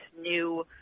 new